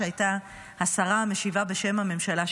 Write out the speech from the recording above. שהייתה השרה המשיבה בשם הממשלה,